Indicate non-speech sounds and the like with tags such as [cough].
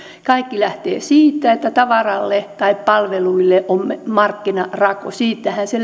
kaikki lähtee siitä että tavaralle tai palveluille on markkinarako siitähän se [unintelligible]